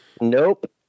Nope